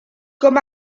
com